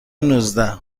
نوزده